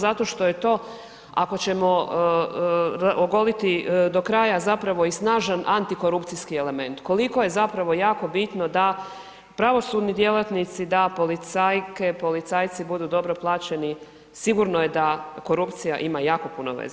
Zato što je to ako ćemo ogoliti do kraja zapravo i snažan antikorupcijski element, koliko je zapravo jako bitno da pravosudni djelatnici, da policajke, policajci budu dobro plaćeni, sigurno je da korupcija ima jako puno veze s time.